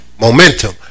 Momentum